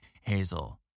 Hazel